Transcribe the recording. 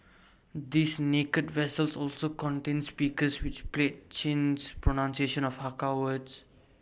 these 'naked' vessels also contain speakers which play Chin's pronunciation of Hakka words